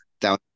down